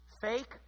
fake